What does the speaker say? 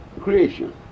Creation